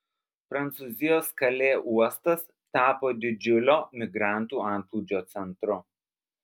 prancūzijos kalė uostas tapo didžiulio migrantų antplūdžio centru